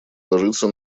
ложится